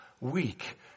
weak